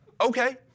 Okay